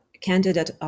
candidate